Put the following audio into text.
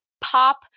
pop